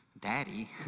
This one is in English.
Daddy